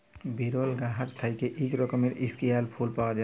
বিরল গাহাচ থ্যাইকে ইক রকমের ইস্কেয়াল ফুল পাউয়া যায়